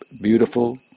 beautiful